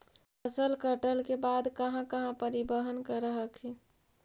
फसल कटल के बाद कहा कहा परिबहन कर हखिन?